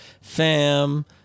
Fam